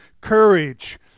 courage